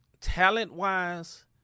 talent-wise